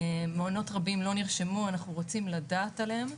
מעונות רבים לא נרשמו ואנחנו רוצים לדעת עליהם.